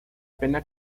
pena